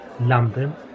London